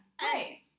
Hey